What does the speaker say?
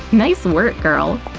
nice work, girl.